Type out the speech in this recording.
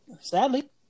Sadly